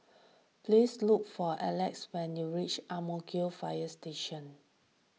pease look for Elex when you reach Ang Mo Kio Fire Station